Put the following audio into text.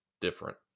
different